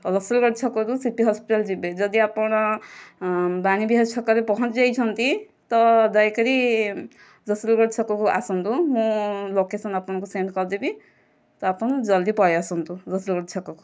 ରସୁଲଗଡ଼ ଛକରୁ city hospital ଯିବେ ଯଦି ଆପଣ ବାଣୀବିହାର ଛକ ରେ ପହଞ୍ଚି ଯାଇଛନ୍ତି ତ ଦୟାକରି ରସୁଲଗଡ଼ ଛକ କୁ ଆସନ୍ତୁ ମୁଁ ଲୋକେସନ ଆପଣଙ୍କୁ ସେଣ୍ଡ କରିଦେବି ତ ଆପଣ ଜଲଦି ପଳାଇଆସନ୍ତୁ ରସୁଲଗଡ଼ ଛକ କୁ